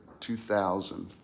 2000